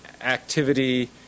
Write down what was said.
activity